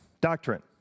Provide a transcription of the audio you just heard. Doctrine